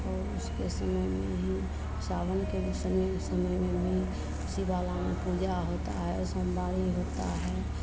और उसके समय में ही और सावन के भी समय में भी शिवाला में पूजा होता है सोमवारी होता है